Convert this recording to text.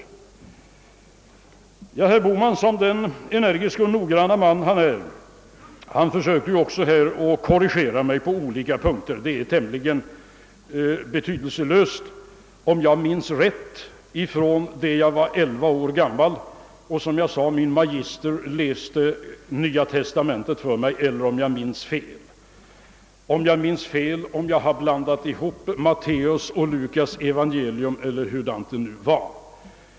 Som den energiske och noggranne man herr Bohman är försökte också han korrigera mig på olika punkter. Det är dock tämligen betydelselöst om jag minns rätt frår den tid då jag var elva år gammal och då som jag sade min magister läste Nya testamentet för mig eller om jag minns fel, om jag har blandat ihop Matteus och Lukas evangelium eller hur det var.